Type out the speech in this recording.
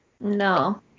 no